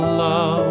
love